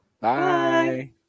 Bye